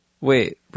Wait